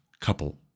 couple